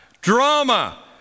drama